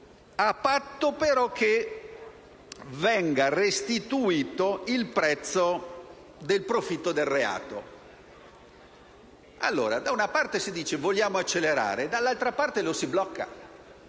caso che venga restituito il prezzo del profitto del reato. Da una parte si dice che vogliamo accelerare, dall'altra lo si blocca,